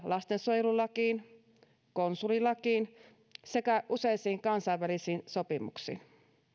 lastensuojelulakiin konsulilakiin sekä useisiin kansainvälisiin sopimuksiin